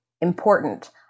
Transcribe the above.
important